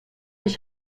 ich